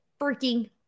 freaking